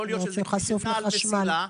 יכול להיות שזה נע על מסילה,